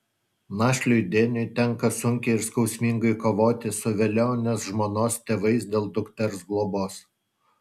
našliui deniui tenka sunkiai ir skausmingai kovoti su velionės žmonos tėvais dėl dukters globos